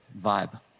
vibe